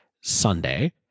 Sunday